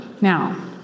Now